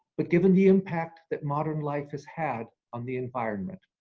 but given the impact that modern life has had on the environment.